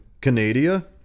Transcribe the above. Canada